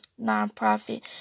nonprofit